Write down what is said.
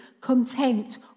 content